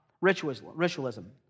ritualism